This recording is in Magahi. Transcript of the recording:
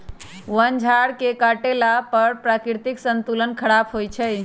वन झार के काटला पर प्राकृतिक संतुलन ख़राप होइ छइ